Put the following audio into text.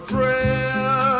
Prayer